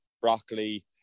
broccoli